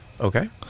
Okay